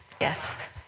Yes